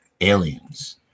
aliens